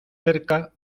cerca